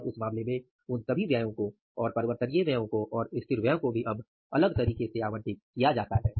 और उस मामले में उन सभी व्ययों को और परिवर्तनीय व्ययों को और स्थिर व्ययों को भी अब अलग तरीके से आवंटित किया जाता है